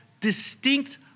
distinct